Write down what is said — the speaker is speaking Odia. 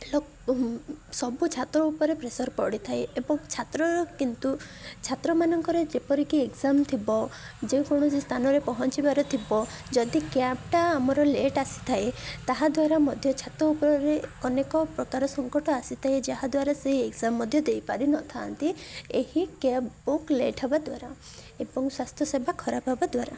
ସବୁ ଛାତ୍ର ଉପରେ ପ୍ରେସର ପଡ଼ିଥାଏ ଏବଂ ଛାତ୍ରର କିନ୍ତୁ ଛାତ୍ର ମାନଙ୍କରେ ଯେପରିକି ଏକ୍ଜାମ୍ ଥିବ ଯେକୌଣସି ସ୍ଥାନରେ ପହଞ୍ଚିବାର ଥିବ ଯଦି କ୍ୟାବ୍ଟା ଆମର ଲେଟ୍ ଆସିଥାଏ ତାହାଦ୍ୱାରା ମଧ୍ୟ ଛାତ୍ର ଉପରରେ ଅନେକ ପ୍ରକାର ସଙ୍କଟ ଆସିଥାଏ ଯାହାଦ୍ୱାରା ସେ ଏ ଏକଜାମ ମଧ୍ୟ ଦେଇପାରିନଥାନ୍ତି ଏହି କ୍ୟାବ ବୁକ୍ ଲେଟ୍ ହବା ଦ୍ୱାରା ଏବଂ ସ୍ୱାସ୍ଥ୍ୟ ସେବା ଖରାପ ହବା ଦ୍ୱାରା